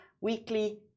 weekly